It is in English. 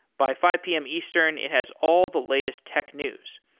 by five pm eastern, it has all the latest tech news,